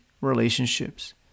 relationships